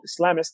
Islamists